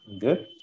good